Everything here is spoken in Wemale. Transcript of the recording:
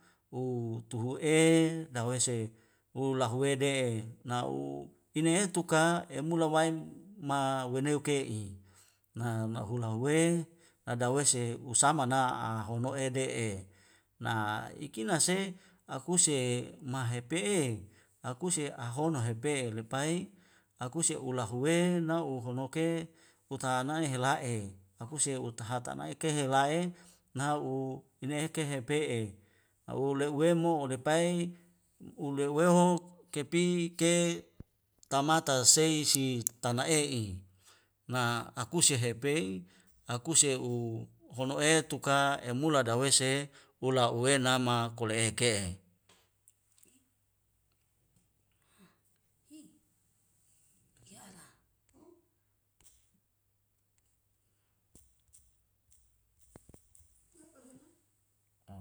Ou tuhu e dawese o lahuwe de'e na'u inae tuka emula waem ma weneu ke'i na nahula huwe nagawese usama na a hono'e de'e na iki na se akuse e mahepe'e akuse ahona ehe lepai akuse ula huwe na u'hono ke utahan nai hela'e akuse utahata nai kehel lahe na'u ineheke hepe'e au u le'uwei mo u lepai u leuweok kepi ke tamata sei si tana ei'i na akuse hepei akuse u hono'e tuka emula dawese ula uwenama kule eke'e